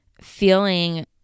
feeling